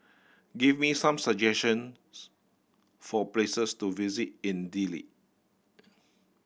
give me some suggestions for places to visit in Dili